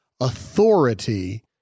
authority